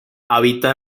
habita